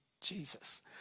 Jesus